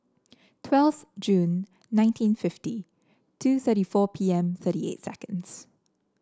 twelve Jun nineteen fifty two thirty four P M thirty eight seconds